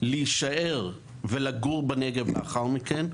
להישאר ולגור בנגב לאחר מכן,